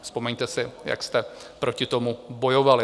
Vzpomeňte si, jak jste proti tomu bojovali.